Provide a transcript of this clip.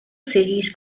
cities